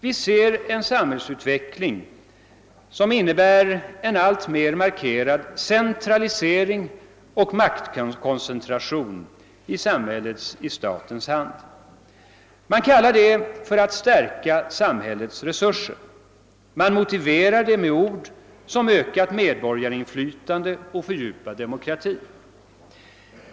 Vi ser en samhällsutveckling som innebär en alltmer markerad centralisering och maktkoncentration i statens hand. Man kallar det för att stärka samhällets resurser. Man motiverar det med ord som »ökat medborgarinflytande« och »fördjupad demokrati».